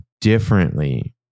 differently